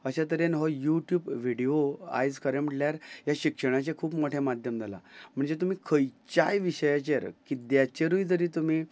अशें तरेन हो युट्यूब विडयो आयज खरें म्हटल्यार हें शिक्षणाचें खूब मोठें माध्यम जालां म्हणजे तुमी खंयच्याय विशयाचेर किद्याचेरूय जरी तुमी